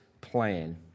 plan